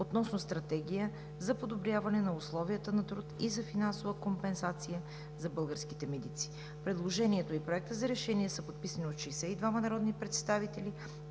относно Стратегия за подобряване на условията на труд и за финансова компенсация за българските медици“. Предложението и Проектът за решение са подписани от 62-ма народни представители.